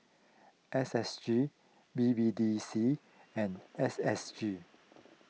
S S G B B D C and S S G